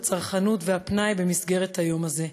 הצרכנות והפנאי במסגרת היום הזה.